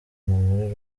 muri